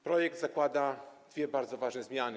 Projekt zakłada dwie bardzo ważne zmiany.